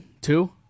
Two